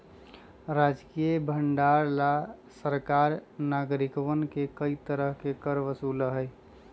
राजकीय भंडार ला सरकार नागरिकवन से कई तरह के कर वसूला हई